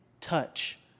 touch